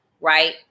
right